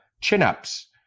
chin-ups